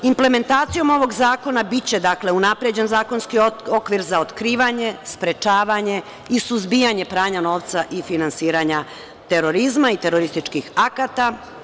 Implementacijom ovog zakona biće unapređen zakonski okvir za otkrivanje, sprečavanje i suzbijanje pranja novca i finansiranja terorizma i terorističkih akata.